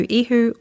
ihu